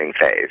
phase